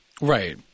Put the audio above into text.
Right